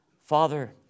Father